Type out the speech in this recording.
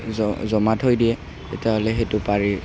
জ জমা থৈ দিয়ে তেতিয়াহ'লে সেইটো পাৰি